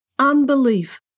Unbelief